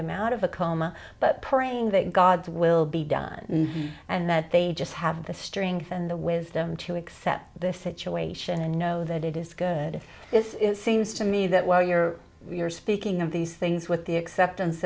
them out of a coma but praying that god's will be done and that they just have the strength and the wisdom to accept the situation and know that it is good seems to me that while you're you're speaking of these things with the acceptance